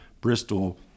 Bristol